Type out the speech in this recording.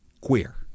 Queer